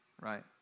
Right